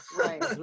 right